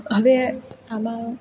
હવે આમાં